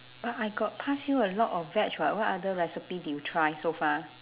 but I got pass you a lot of veg [what] what other recipe did you try so far